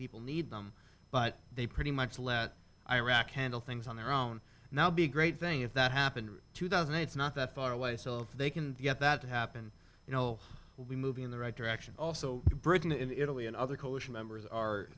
people need them but they pretty much let iraq handle things on their own now be a great thing if that happened two thousand it's not that far away so they can get that to happen you know will be moving in the right direction also britain in italy and other coalition members are